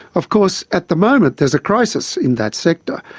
of course, at the moment there's a crisis in that sector,